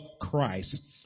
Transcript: Christ